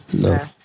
No